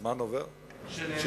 איך הזמן עובר כשנהנים.